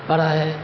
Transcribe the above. پڑھا ہے